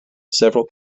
several